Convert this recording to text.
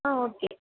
ஆ okay